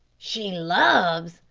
she loves!